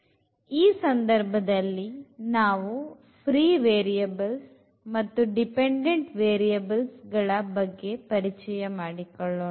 ಈ ಸಂದರ್ಭದಲ್ಲಿ ನಾವು ಪ್ರೀ ವೇರಿಯಬಲ್ ಮತ್ತು ಡಿಪೆಂಡೆಂಟ್ ವೇರಿಯಬಲ್ ಬಗ್ಗೆ ಪರಿಚಯ ಮಾಡಿಕೊಳ್ಳೋಣ